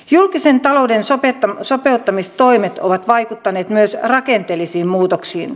julkisen talouden sopeuttamistoimet ovat vaikuttaneet myös rakenteellisiin muutoksiin